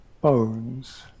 bones